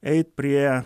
eit prie